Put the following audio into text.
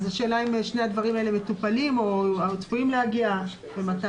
אז השאלה אם שני הדברים האלה מטופלים או צפויים להגיע ומתי.